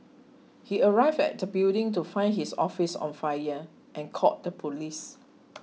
he arrived at the building to find his office on fire and called the police